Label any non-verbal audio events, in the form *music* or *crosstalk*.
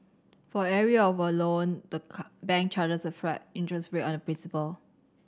for every year of a loan the *unintelligible* bank charges a flat interest rate on the principal